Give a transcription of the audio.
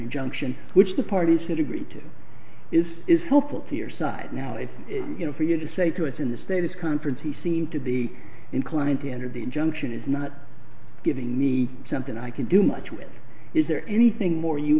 injunction which the parties have agreed to is is helpful to your side now if you know for you to say to us in the status conference he seemed to be inclined to enter the injunction is not giving me something i can do much with is there anything more you